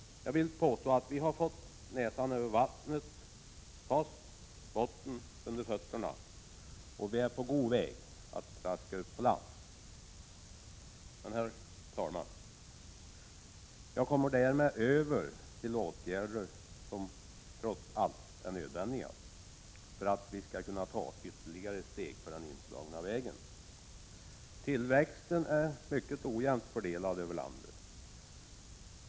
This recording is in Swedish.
Jag vill påstå att vi har fått näsan över vattnet och fast botten under fötterna, och vi är på god väg att traska upp på land. Herr talman! Jag kommer därmed över till de åtgärder som trots allt är nödvändiga för att vi skall kunna ta ytterligare steg på den inslagna vägen. Tillväxten är mycket ojämnt fördelad över landet.